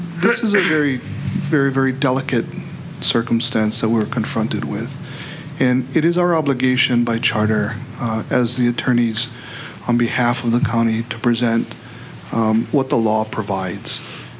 this is a very very very delicate circumstance that we're confronted with and it is our obligation by charter as the attorneys on behalf of the county to present what the law provides